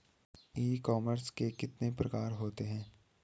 ई commerce के कितने प्रकार होते हैं?